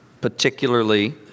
particularly